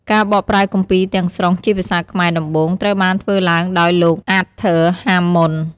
ការបកប្រែគម្ពីរទាំងស្រុងជាភាសាខ្មែរដំបូង ត្រូវបានធ្វើឡើងដោយ លោក អាតធើរ ហាមម៉ុន។